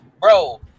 bro